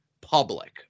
public